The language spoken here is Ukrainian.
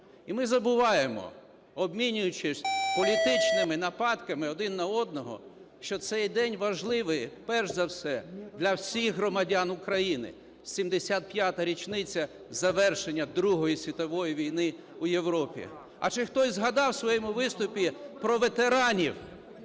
І ми забуваємо, обмінюючись політичними нападками один на одного, що цей день важливий перш за все для всіх громадян України: 75-а річниця завершення Другої світової війни у Європі. А чи хтось згадав в своєму виступі про ветеранів